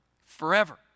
forever